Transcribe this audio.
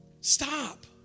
Stop